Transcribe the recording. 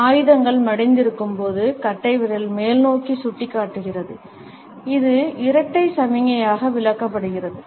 கைகள் மடிந்திருக்கும் போது கட்டைவிரல் மேல்நோக்கி சுட்டிக்காட்டுகிறது இது இரட்டை சமிக்ஞையாக விளக்கப்படுகிறது